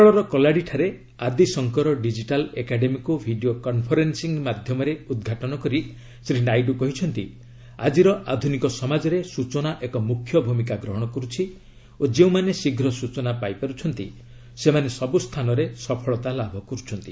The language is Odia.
କେରଳର କଲାଡ଼ିଠାରେ ଆଦିଶଙ୍କର ଡିଜିଟାଲ୍ ଏକାଡେମୀକୁ ଭିଡ଼ିଓ କନ୍ଫରେନ୍ସିଂ ମାଧ୍ୟମରେ ଉଦ୍ଘାଟନ କରି ଶ୍ରୀ ନାଇଡୁ କହିଛନ୍ତି ଆକିର ଆଧୁନିକ ସମାଜରେ ସୂଚନା ଏକ ମୁଖ୍ୟ ଭୂମିକା ଗ୍ରହଣ କରୁଛି ଓ ଯେଉଁମାନେ ଶୀଘ୍ର ସୂଚନା ପାଇପାରୁଛନ୍ତି ସେମାନେ ସବୁ ସ୍ଥାନରେ ସଫଳତା ଲାଭ କରୁଛନ୍ତି